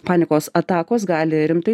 panikos atakos gali rimtai